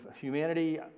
humanity